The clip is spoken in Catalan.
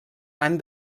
han